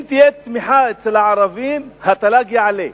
אם תהיה צמיחה אצל הערבים התל"ג יעלה,